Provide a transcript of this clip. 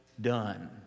done